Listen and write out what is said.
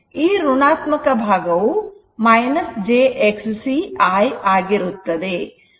ಈ ಋಣಾತ್ಮಕ ಭಾಗವು j Xc I ಆಗಿರುತ್ತದೆ